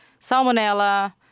Salmonella